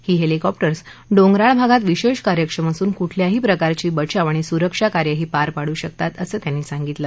ही helicopters डोगंराळ भागात विशाध कार्यक्षम असून कुठल्याही प्रकारची बचाव आणि सुरक्षा कार्यही पार पाडू शकतात असं त्यांनी यावळी सांगितलं